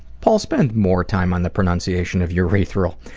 paul, spend more time on the pronunciation of urethral.